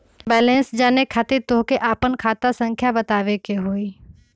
Balance जाने खातिर तोह के आपन खाता संख्या बतावे के होइ?